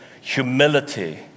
humility